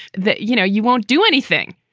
that, you know, you won't do anything.